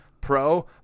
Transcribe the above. pro